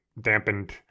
dampened